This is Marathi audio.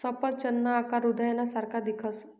सफरचंदना आकार हृदयना सारखा दिखस